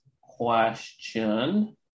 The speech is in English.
question